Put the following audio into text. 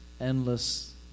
endless